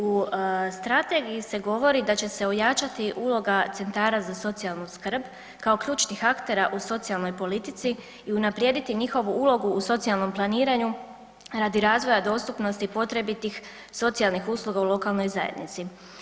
U strategiji se govori da će se ojačati uloga centara za socijalnu skrb kao ključnih aktera u socijalnoj politici i unaprijediti njihovu ulogu u socijalnom planiranju radi razvoja dostupnosti potrebitih socijalnih usluga u lokalnoj zajednici.